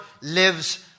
lives